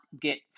get